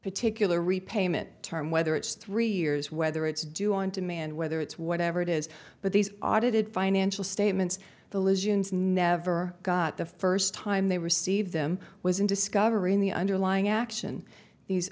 particular repayment term whether it's three years whether it's due on demand whether it's whatever it is but these audited financial statements the liz use never got the first time they received them was in discovering the underlying action these